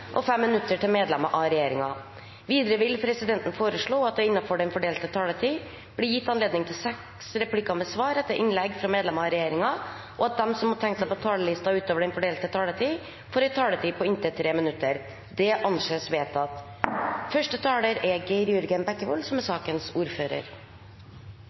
til fem replikker med svar etter innlegg fra medlemmer av regjeringen, og at de som måtte tegne seg på talerlisten utover den fordelte taletid, får en taletid på inntil 3 minutter. – Det anses vedtatt.